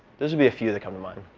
those would be a few that come to mind.